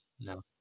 No